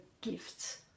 gifts